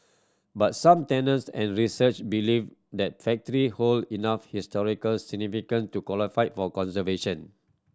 but some tenants and researcher believe that factory hold enough historical significant to qualify for conservation